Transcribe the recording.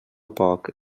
poc